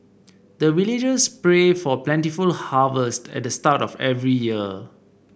the villagers pray for plentiful harvest at the start of every year